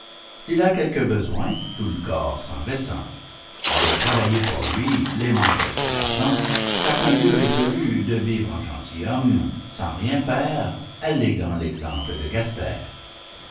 s'il a quelque besoin tout le corps s'en ressent de travailler pour lui les membres se lassant chacun d'eux résolut de vivre en gentilhomme sans rien faire alléguant l'exemple de gaster